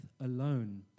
alone